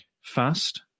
fast